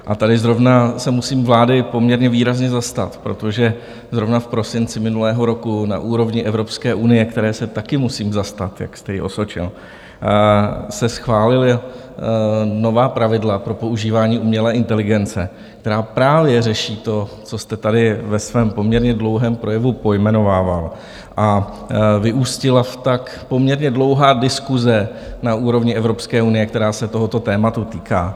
A tady zrovna se musím vlády poměrně výrazně zastat, protože zrovna v prosinci minulého roku na úrovni Evropské unie, které se taky musím zastat, jak jste ji osočil, se schválila nová pravidla pro používání umělé inteligence, která právě řeší to, co jste tady ve svém poměrně dlouhém projevu pojmenovával, a vyústila tak poměrně dlouhá diskuse na úrovni Evropské unie, která se tohoto tématu týká.